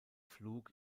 flug